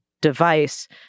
device